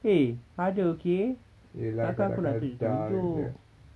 eh ada okay takkan aku nak tunjuk-tunjuk